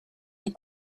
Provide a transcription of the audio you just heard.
des